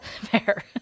Fair